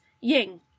Ying